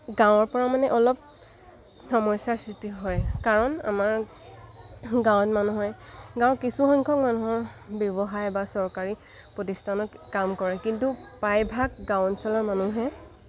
গাঁৱৰপৰা মানে অলপ সমস্যাৰ সৃষ্টি হয় কাৰণ আমাৰ গাঁৱত মানুহে গাঁৱৰ কিছুসংখ্যক মানুহৰ ব্যৱসায় বা চৰকাৰী প্ৰতিষ্ঠানত কাম কৰে কিন্তু প্ৰায়ভাগ গাঁও অঞ্চলৰ মানুহে